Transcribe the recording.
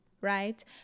right